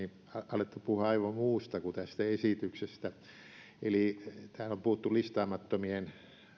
alettu puhua aivan muusta kuin tästä esityksestä täällä on puhuttu listaamattomien